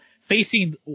facing